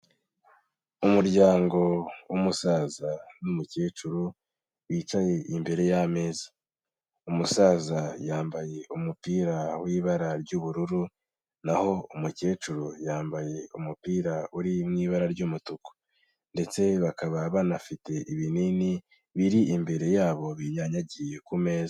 Umuryango w'umusaza n'umukecuru bicaye imbere y'ameza, umusaza yambaye umupira w'ibara ry'ubururu na ho umukecuru yambaye umupira uri mu ibara ry'umutuku ndetse bakaba banafite ibinini biri imbere yabo binyanyagiye ku meza.